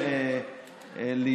שמסדיר את כל הדין הפלילי,